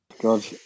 God